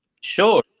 sure